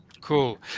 Cool